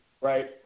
Right